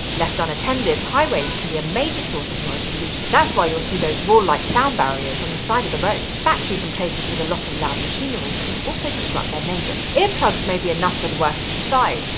left unattended, highways can be a major source of noise pollution. that's why you'll see those wall-like sound barriers on the side of the road. factories and places with a lot of loud machinery can also disrupt their neighbors. earplugs may be enough for the workers inside,